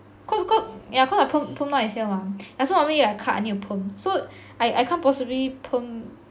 cause cause yeah cause I perm perm myself ah so normally when I cut I need to perm so I I can't possibly perm